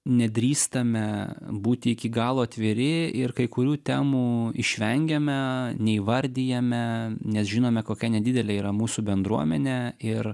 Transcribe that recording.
nedrįstame būti iki galo atviri ir kai kurių temų išvengiame neįvardijame nes žinome kokia nedidelė yra mūsų bendruomenė ir